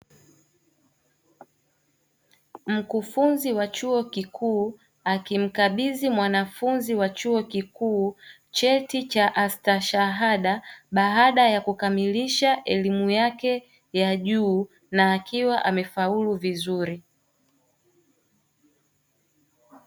Mkufunzi wa chuo kikuu akimkabidhi mwanafunzi wa chuo kikuu cheti cha astashahada, baada ya kukamilisha elimu yake ya juu na akiwa amefaulu vizuri.